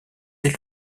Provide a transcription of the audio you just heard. des